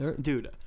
Dude